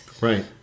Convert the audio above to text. right